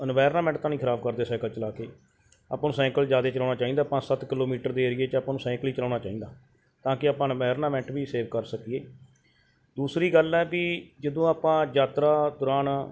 environment ਤਾਂ ਨਹੀਂ ਖਰਾਬ ਕਰਦੇ ਸਾਈਕਲ ਚਲਾ ਕੇ ਆਪਾਂ ਨੂੰ ਸਾਈਕਲ ਜ਼ਿਆਦਾ ਚਲਾਉਣਾ ਚਾਹੀਦਾ ਪੰਜ ਸੱਤ ਕਿਲੋਮੀਟਰ ਦੇ ਏਰੀਏ 'ਚ ਆਪਾਂ ਨੂੰ ਸਾਈਕਲ ਹੀ ਚਲਾਉਣਾ ਚਾਹੀਦਾ ਤਾਂ ਕਿ ਆਪਾਂ ਇਨਵਾਇਰਨਾਮੈਂਟ ਵੀ ਸੇਵ ਕਰ ਸਕੀਏ ਦੂਸਰੀ ਗੱਲ ਹੈ ਵੀ ਜਦੋਂ ਆਪਾਂ ਯਾਤਰਾ ਦੌਰਾਨ